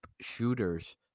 shooters